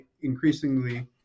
increasingly